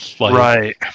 Right